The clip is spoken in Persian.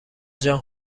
جان